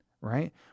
Right